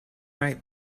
ripe